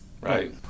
right